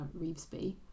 Reevesby